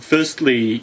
Firstly